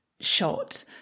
shot